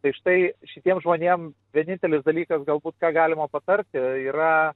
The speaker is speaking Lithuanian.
tai štai šitiem žmonėm vienintelis dalykas galbūt ką galima patarti yra